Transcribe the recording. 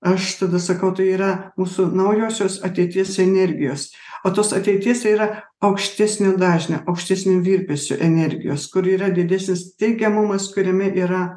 aš tada sakau tai yra mūsų naujosios ateities energijos o tos ateitis tai yra aukštesnio dažnio aukštesnių virpesių energijos kur yra didesnis teigiamumas kuriame yra